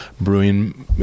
brewing